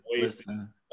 Listen